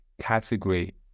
category